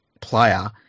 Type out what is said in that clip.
player